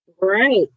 Right